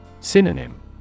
synonym